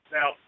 Now